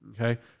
Okay